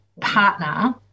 partner